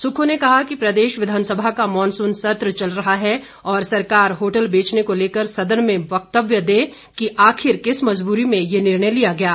सुक्खू ने कहा कि प्रदेश विधानसभा का मानसून सत्र चल रहा है और सरकार होटल बेचने को लेकर सदन में वक्तव्य दे कि आखिर किस मजबूरी में यह निर्णय लिया गया है